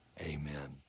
Amen